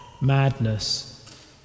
madness